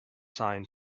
signed